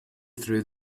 through